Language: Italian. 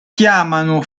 chiamano